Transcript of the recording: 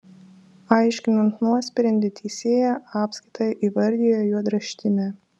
aiškinant nuosprendį teisėja apskaitą įvardijo juodraštine